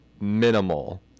minimal